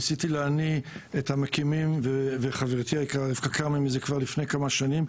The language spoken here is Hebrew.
ניסיתי להניא את המקימים וחברתי היקרה רבקה כרמי מזה כבר כמה שנים,